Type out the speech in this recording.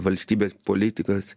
valstybės politikos